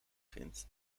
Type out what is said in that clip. vindt